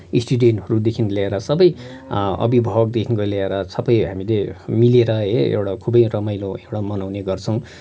स्टुडेन्टहरूदेखि लिएर सबै अभिभावकदेखिको लिएर सबै हामीले मिलेर है एउटा खुबै रमाइलो एउटा मनाउने गर्छौँ